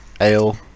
Ale